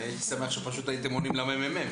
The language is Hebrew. הייתי שמח אם פשוט הייתם עונים לממ"מ,